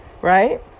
right